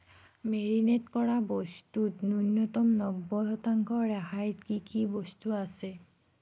marinate কৰা বস্তুত ন্যূনতম নব্বৈ শতাংশ ৰেহাইত কি কি বস্তু আছে